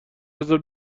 بذار